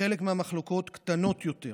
וחלק מהמחלוקות קטנות יותר.